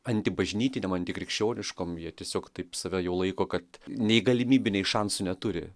antibažnytinėm antikrikščioniškom jie tiesiog taip save jau laiko kad nei galimybių nei šansų neturi